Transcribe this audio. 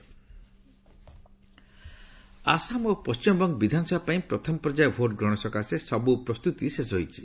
ଆସେମ୍କି election Assam ଓ ପଶ୍ଚିମବଙ୍ଗ ବିଧାନସଭା ପାଇଁ ପ୍ରଥମ ପର୍ଯ୍ୟାୟ ଭୋଟ ଗ୍ରହଣ ସକାଶେ ସବୁ ପ୍ରସ୍ତୁତି ଶେଷ ହୋଇଛି